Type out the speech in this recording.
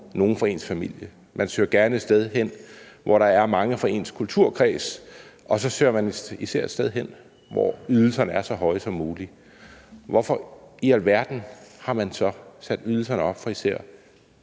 nogle fra ens familie. Man søger gerne et sted hen, hvor der er mange fra ens kulturkreds. Og så søger man især et sted hen, hvor ydelserne er så høje som muligt. Hvorfor i alverden har man så sat ydelserne op for især